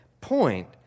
point